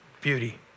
beauty